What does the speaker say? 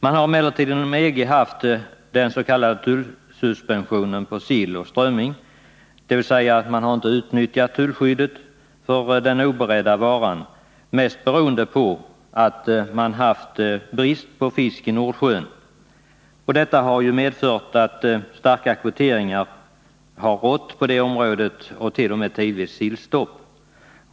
Man har emellertid inom EG haft den s.k. tullsuspensionen på sill och strömming, dvs. man har inte utnyttjat tullskyddet för den oberedda varan, mest beroende på att man haft brist på fisk i Nordsjön. Detta har medfört att starka kvoteringar har rått på det området och t.o.m. tidvis sillstopp.